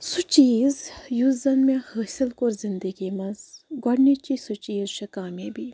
سُہ چیٖز یُس زَن مےٚ حٲصِل کوٚر زِندگی منٛز گۄڈٕنِچی سُہ چیٖز چھِ کامیٲبی